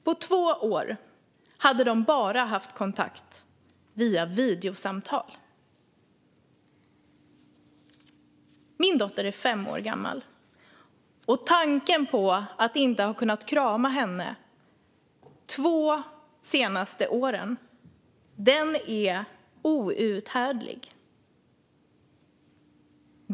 På två år hade de bara haft kontakt via videosamtal. Min dotter är fem år gammal, och tanken på att jag inte skulle ha kunnat krama henne de senaste två åren är outhärdlig.